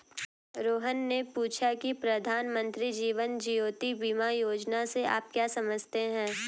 रोहन ने पूछा की प्रधानमंत्री जीवन ज्योति बीमा योजना से आप क्या समझते हैं?